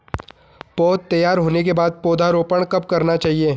पौध तैयार होने के बाद पौधा रोपण कब करना चाहिए?